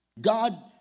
God